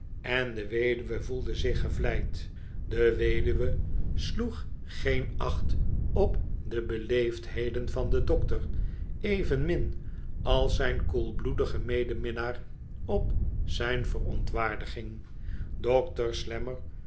en de weduwe voelde zich gevleid de weduwe sloeg geen acht op de beleefdheden van den dokter evenmin als zijn koelbloedige medeminnaar op zijn verontwaardiging dokter slammer